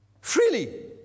Freely